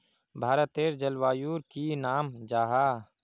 भारतेर जलवायुर की नाम जाहा?